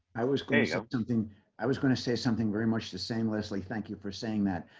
i was kind of something i was going to say something very much the same leslie, thank you for saying that.